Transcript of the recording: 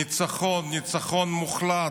ניצחון, ניצחון מוחלט,